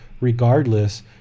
regardless